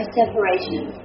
separation